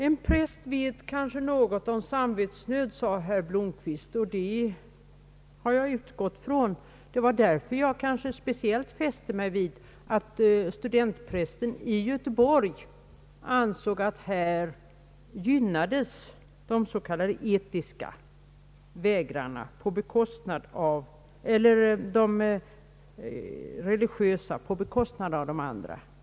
En präst vet kanske något om samvetsnöd, sade herr Blomquist, och det har jag utgått från. Det var därför jag speciellt fäste mig vid att studentprästen i Göteborg ansåg att de s.k. religiösa vägrarna gynnades på bekostnad av de andra.